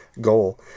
goal